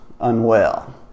unwell